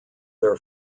their